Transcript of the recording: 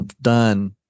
done